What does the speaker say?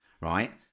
Right